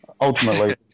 ultimately